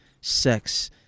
sex